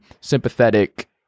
sympathetic